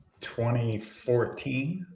2014